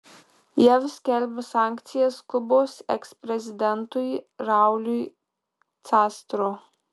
jav skelbia sankcijas kubos eksprezidentui rauliui castro